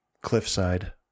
cliffside